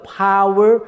power